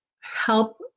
help